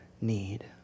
need